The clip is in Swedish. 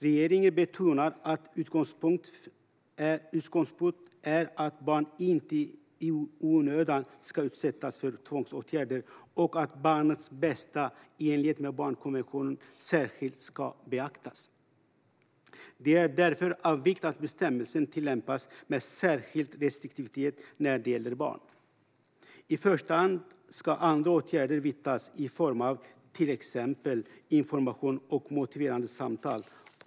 Regeringen betonar att en utgångspunkt är att barn inte i onödan ska utsättas för tvångsåtgärder och att barnets bästa i enlighet med barnkonventionen särskilt ska beaktas. Det är därför av vikt att bestämmelsen tillämpas med särskild restriktivitet när det gäller barn. I första hand ska andra åtgärder vidtas i form av till exempel information och motiverande samtal.